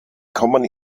kommen